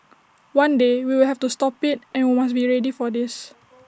one day we will have to stop IT and we must be ready for this